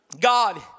God